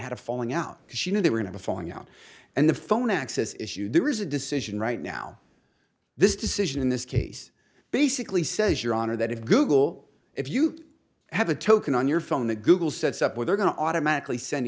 had a falling out she knew they were in a falling out and the phone access issue there is a decision right now this decision in this case basically says your honor that if google if you have a token on your phone that google sets up where they're going to automatically send